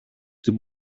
την